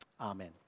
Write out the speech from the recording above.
Amen